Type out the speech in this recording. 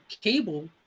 cable